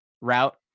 route